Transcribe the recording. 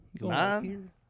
Nine